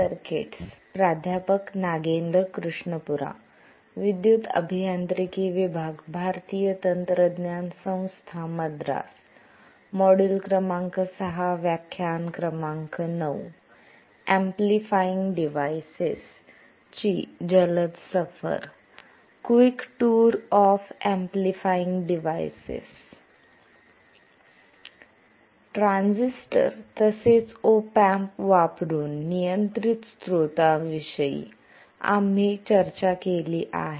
transistor तसेच op amp वापरुन नियंत्रित स्त्रोतांविषयी आम्ही चर्चा केली आहे